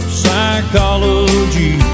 psychology